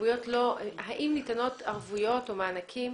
האם ניתנות ערבויות או מענקים